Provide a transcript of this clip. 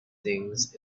things